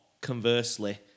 conversely